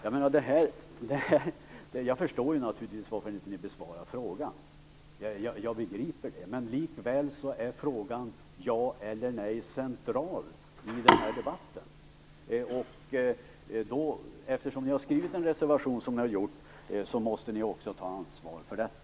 Naturligtvis förstår jag varför ni inte besvarar frågan. Likväl är frågan om ett ja eller ett nej central i den här debatten. Eftersom ni har skrivit en sådan reservation som ni har skrivit måste ni också ta ett ansvar för detta.